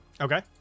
Okay